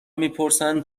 میپرسند